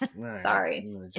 Sorry